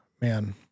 man